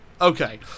Okay